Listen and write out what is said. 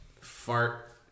Fart